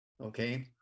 okay